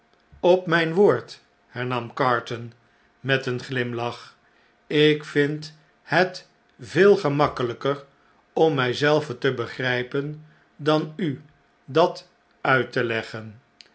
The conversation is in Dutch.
op mijn woord hernam carton met een glimlach ik vind het veel gemakkelijker om mij zelven te begrijpen dan u dat uit te leggen